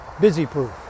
busy-proof